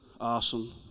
awesome